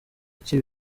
iki